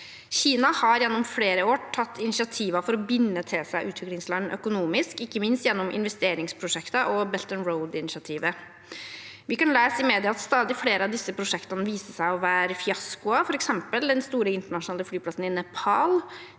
Kina har gjennom flere år tatt initiativer for å binde til seg utviklingsland økonomisk, ikke minst gjennom investeringsprosjekter og Belt and Road-initiativet. Vi kan lese i media at stadig flere av disse prosjektene viser seg å være fiaskoer, f.eks. den store internasjonale flyplassen i Nepal.